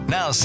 Now